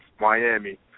Miami